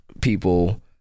people